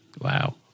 Wow